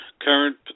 current